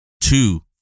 two